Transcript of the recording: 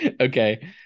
Okay